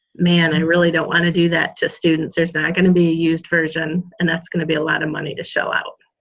man i and really don't wanna do that to students. there's not gonna be a used version and that's gonna be a lot of money to shell out.